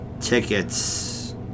Tickets